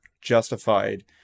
justified